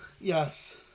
Yes